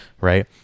Right